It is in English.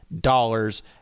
dollars